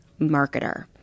marketer